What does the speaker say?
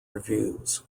reviews